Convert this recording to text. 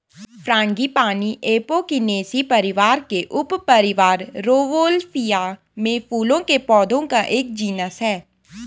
frangipani apocynaceae परिवार के उपपरिवार रौवोल्फिया में फूलों के पौधों का एक जीनस है